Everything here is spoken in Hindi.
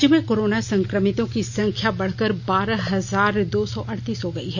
राज्य में कोरोना संक्रमितों की संख्या बढ़कर बारह हजार दो सौ अड़तीस हो गयी है